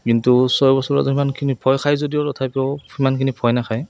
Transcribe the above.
কিন্তু ছয় বছৰত সিমানখিনি ভয় খাই যদিও তথাপিও সিমানখিনি ভয় নাখায়